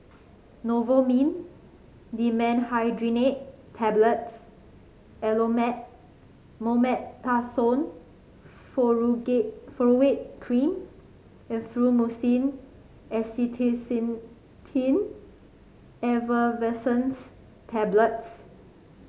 Novomin Dimenhydrinate Tablets Elomet Mometasone Furoate Cream and Fluimucil Acetylcysteine Effervescent's Tablets